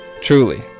Truly